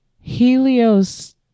Helios